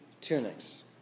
tunics